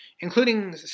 including